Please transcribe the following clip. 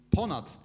ponad